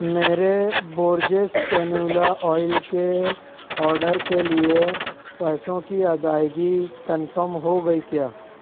میرے Borges canola oil کے order کے لیے پیسوں کی ادائگی کنفرم ہو گئی کیا